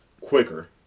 quicker